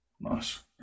nice